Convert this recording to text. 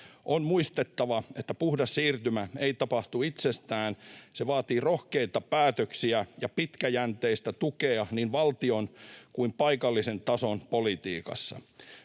On muistettava, että puhdas siirtymä ei tapahdu itsestään. Se vaatii rohkeita päätöksiä ja pitkäjänteistä tukea niin valtion kuin paikallisen tason politiikassa.